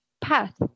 path